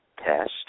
Test